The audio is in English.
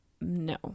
No